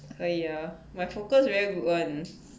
可以啊 my focus very good [one]